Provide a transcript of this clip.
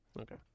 Okay